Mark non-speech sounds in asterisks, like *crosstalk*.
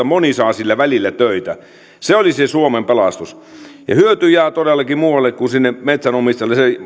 *unintelligible* moni saa sillä välillä töitä se olisi se suomen pelastus ja hyöty jää todellakin muualle kuin sinne metsänomistajalle se